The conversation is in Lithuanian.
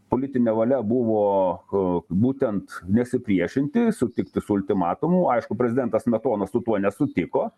politinė valia buvo būtent nesipriešinti sutikti su ultimatumu aišku prezidentas smetona su tuo nesutiko